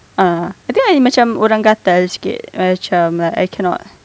uh I think I macam orang gatal sikit macam I cannot